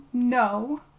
no.